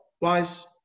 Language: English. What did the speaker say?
wise